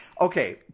okay